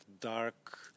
dark